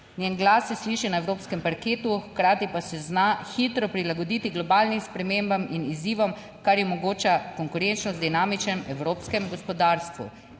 Njen glas se sliši na evropskem parketu, hkrati pa se zna hitro prilagoditi globalnim spremembam in izzivom, kar ji omogoča, konkurenčnost v dinamičnem evropskem gospodarstvu,